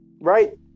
Right